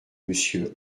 monsieur